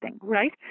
Right